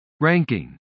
ranking